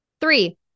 Three